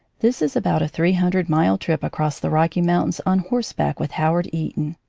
this is about a three-hundred mile trip across the rocky mountains on horseback with howard eaton.